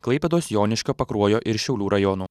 klaipėdos joniškio pakruojo ir šiaulių rajonų